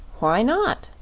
why not?